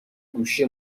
گوشی